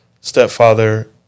stepfather